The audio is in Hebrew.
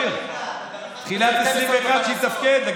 שבתחילת 2021 יתפקד.